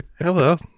hello